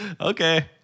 Okay